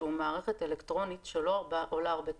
שהיא מערכת אלקטרונית שלא עולה הרבה כסף,